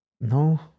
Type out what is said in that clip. no